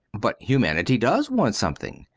but humanity does want something.